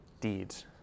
deeds